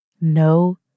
no